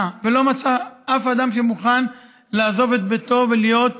ולא מצאה אף אחד שמוכן לעזוב את ביתו ולהיות